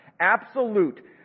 absolute